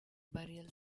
burial